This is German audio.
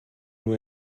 nur